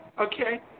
Okay